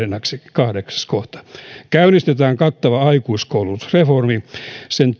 kahdeksan käynnistetään kattava aikuiskoulutusreformi sen